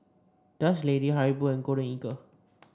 Dutch Lady Haribo Golden Eagle